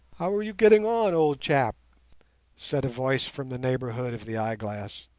how are you getting on, old chap said a voice from the neighbourhood of the eyeglass.